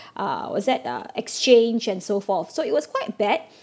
uh was that uh exchange and so forth so it was quite bad